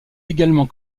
également